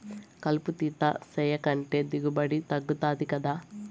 కలుపు తీత సేయకంటే దిగుబడి తగ్గుతది గదా